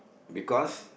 because